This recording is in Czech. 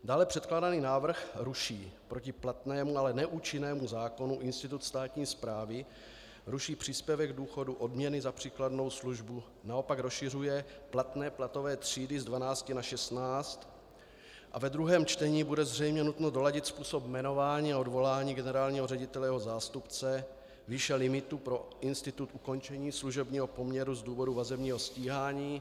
Dále předkládaný návrh ruší proti platnému, ale neúčinnému zákonu institut státní správy, ruší příspěvek k důchodu, odměny za příkladnou službu, naopak rozšiřuje platné platové třídy z 12 na 16, a ve druhém čtení bude zřejmě nutno doladit způsob jmenování a odvolání generálního ředitele a jeho zástupce, výše limitu pro institut ukončení služebního poměru z důvodu vazebního stíhání.